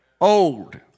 old